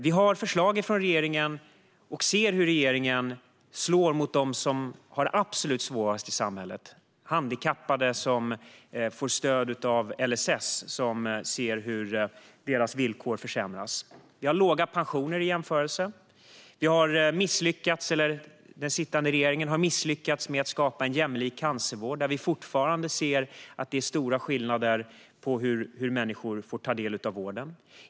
Vi ser hur regeringen slår mot dem som har det absolut svårast i samhället. Handikappade som får stöd genom LSS ser hur deras villkor försämras. Vi har i jämförelse låga pensioner. Den sittande regeringen har misslyckats med att skapa en jämlik cancervård; det är fortfarande stora skillnader i hur människor får ta del av vården.